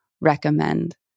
recommend